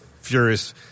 furious